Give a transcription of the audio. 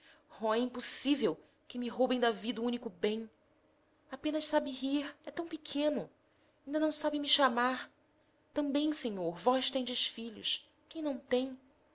impossível que me roubem da vida o único bem apenas sabe rir é tão pequeno inda não sabe me chamar também senhor vós tendes filhos quem não tem